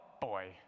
boy